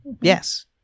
yes